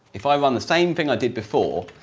if i run the same thing i did before,